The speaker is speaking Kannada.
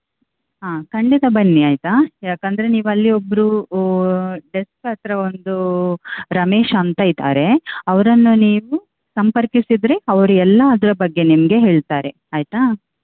ಹಾಂ ಖಂಡಿತ ಬನ್ನಿ ಆಯಿತಾ ಯಾಕೆಂದರೆ ನೀವು ಅಲ್ಲಿ ಒಬ್ಬರು ಒ ಡೆಸ್ಕ್ ಹತ್ತಿರ ಒಂದು ರಮೇಶ ಅಂತ ಇದ್ದಾರೆ ಅವರನ್ನು ನೀವು ಸಂಪರ್ಕಿಸಿದರೆ ಅವರು ಎಲ್ಲ ಅದರ ಬಗ್ಗೆ ನಿಮಗೆ ಹೇಳ್ತಾರೆ ಆಯಿತಾ